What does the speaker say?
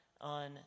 on